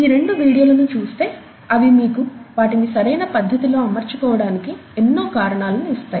ఈ రెండు వీడియోలను చూస్తే అవి మీకు వీటిని సరైన పధ్ధతి లో అమర్చుకోవడానికి ఎన్నో కారణాలను ఇస్తాయి